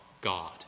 God